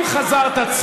אם חזרת,